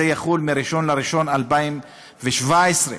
וזה יחול מ-1 בינואר 2017,